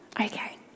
Okay